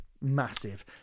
massive